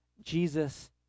Jesus